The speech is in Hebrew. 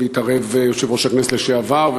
והתערב יושב-ראש הכנסת לשעבר,